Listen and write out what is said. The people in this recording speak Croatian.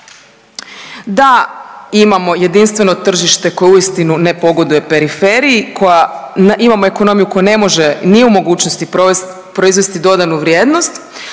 da imamo jedinstveno tržište koje uistinu ne pogoduje periferiji koja, imamo ekonomiju koja ne može, nije u mogućnosti proizvesti dodanu vrijednost,